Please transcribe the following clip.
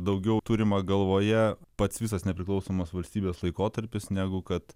daugiau turima galvoje pats visas nepriklausomos valstybės laikotarpis negu kad